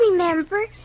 Remember